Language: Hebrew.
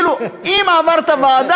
כאילו אם זה עבר את הוועדה,